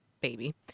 baby